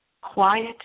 Quiet